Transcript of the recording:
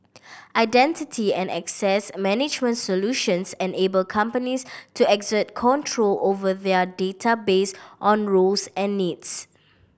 identity and access management solutions enable companies to exert control over their data based on roles and needs